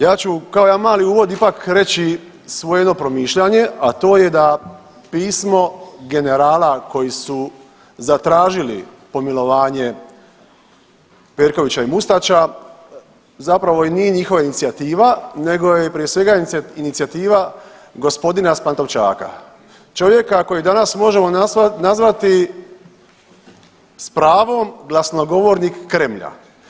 Ja ću kao jedan mali uvod ipak reći jedno svoje promišljanje, a to je da pismo generala koji su zatražili pomilovanje Perkovića i Mustača zapravo i nije njihova inicijativa, nego je prije svega inicijativa gospodina s Pantovčaka, čovjeka kojeg danas možemo nazvati s pravom glasnogovornik Kremlja.